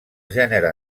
gènere